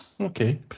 okay